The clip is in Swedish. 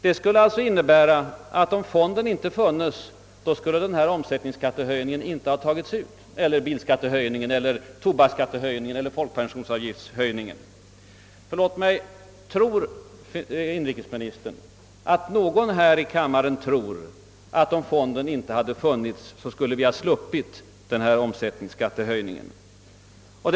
Det skulle alltså innebära att höjningen av omsättningsskatten, av bilskatten, tobaksskatten och folkpensionsavgiften inte skulle ha tagits ut, om fonden inte hade funnits. Förlåt mig, men tror inrikesministern verkligen att någon här i kammaren räknar med att vi skulle ha sluppit höjningen av omsättningsskatten om fonden inte hade funnits?